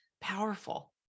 powerful